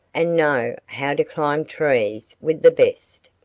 and know how to climb trees with the best.